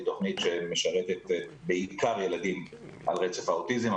היא תוכנית שמשרתת בעיקר ילדים על רצף האוטיזם,